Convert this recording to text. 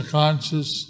conscious